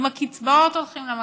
עם הקצבאות הולכים למכולת,